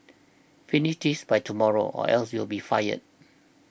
finish this by tomorrow or else you'll be fired